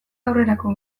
aurrerako